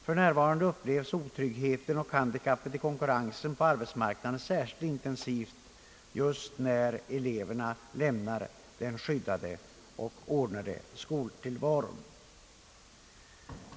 För närvarande uppleves otryggheten och handikappet i konkurrensen på arbetsmarknaden särskilt intensivt just när eleverna lämnar den skyddade och ordnade skoltillvaron.